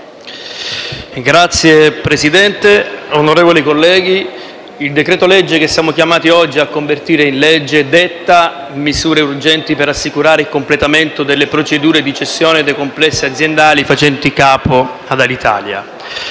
Signor Presidente, onorevoli colleghi, il decreto-legge che siamo chiamati oggi a convertire in legge detta misure urgenti per assicurare il completamento delle procedure di cessione dei complessi aziendali facenti capo ad Alitalia.